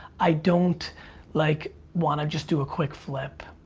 i don't like, wanna just do a quick flip.